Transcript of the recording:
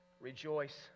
Rejoice